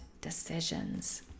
decisions